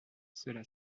cela